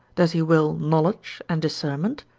does he will knowledge and discernment,